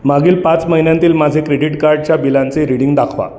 मागील पाच महिन्यांतील माझे क्रेडिट कार्डच्या बिलांचे रीडिंग दाखवा